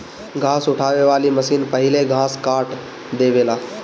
घास उठावे वाली मशीन पहिले घास काट देवेला